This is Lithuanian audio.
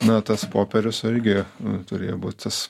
na tas popierius irgi turėjo būt tas